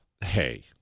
hey